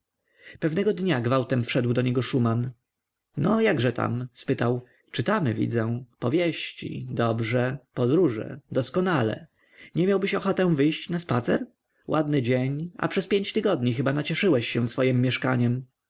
pewnego dnia gwałtem wszedł do niego szuman no jakże tam spytał czytamy widzę powieści dobrze podróże doskonale nie miałbyś ochoty wyjść na spacer ładny dzień a przez pięć tygodni chyba nacieszyłeś się swojem mieszkaniem